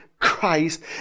Christ